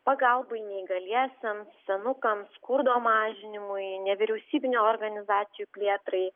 pagalbai neįgaliesiems senukams skurdo mažinimui nevyriausybinių organizacijų plėtrai